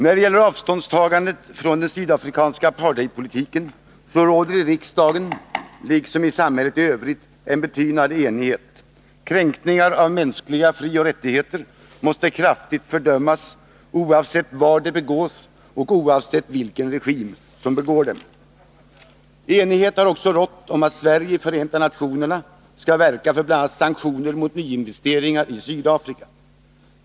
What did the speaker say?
När det gäller avståndstagandet från den sydafrikanska apartheidpolitiken råder det i riksdagen, liksom i samhället i övrigt, en betydande enighet. Kränkningar av mänskliga frioch rättigheter måste kraftigt fördömas oavsett var de begås och oavsett vilken regim som begår dem. Enighet har också rått om att Sverige i Förenta nationerna skall verka för bl.a. sanktioner mot investeringar i Sydafrika.